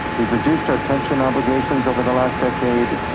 we've reduced our pension obligations over the last decade.